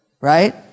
right